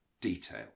detail